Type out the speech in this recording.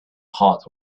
heart